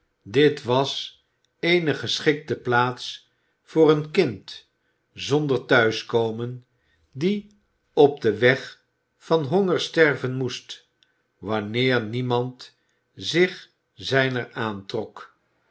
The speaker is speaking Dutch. dit was eene geschikte plaats voor een kind zonder thuiskomen die op den weg van honger sterven moest wanneer niemand zich zijner aantrok